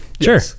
Sure